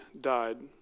died